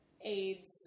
AIDS